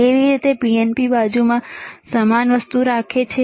કેવી રીતે તે PNP બાજુમાં સમાન વસ્તુ રાખે છે